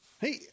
Hey